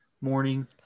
morning